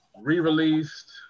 re-released